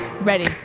Ready